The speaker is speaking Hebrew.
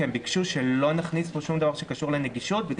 כי הם ביקשו שלא נכניס פה שום דבר שקשור לנגישות.